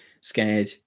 scared